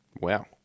Wow